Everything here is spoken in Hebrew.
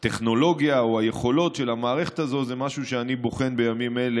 הטכנולוגיה או היכולת של המערכת הזאת זה משהו שאני בוחן בימים אלה,